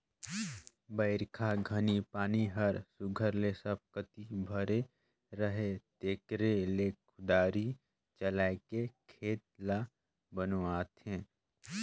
बरिखा घनी पानी हर सुग्घर ले सब कती भरे रहें तेकरे ले कुदारी चलाएके खेत ल बनुवाथे